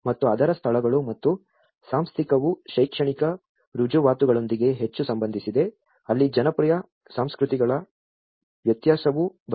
ಮತ್ತು ಅದರ ಸ್ಥಳಗಳು ಮತ್ತು ಸಾಂಸ್ಥಿಕವು ಶೈಕ್ಷಣಿಕ ರುಜುವಾತುಗಳೊಂದಿಗೆ ಹೆಚ್ಚು ಸಂಬಂಧಿಸಿದೆ ಅಲ್ಲಿ ಜನಪ್ರಿಯ ಸಂಸ್ಕೃತಿಗಳ ವ್ಯತ್ಯಾಸವು ಬರುತ್ತದೆ